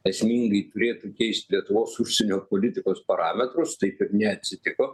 esmingai turėtų keist lietuvos užsienio politikos parametrus taip ir neatsitiko